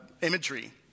imagery